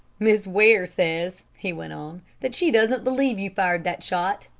miss ware says, he went on, that she doesn't believe you fired that shot,